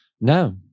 No